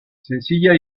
sencilla